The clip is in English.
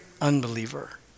unbeliever